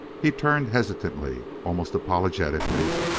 he turned hesitantly, almost apologetically,